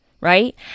right